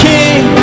King